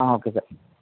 ఆ okay sir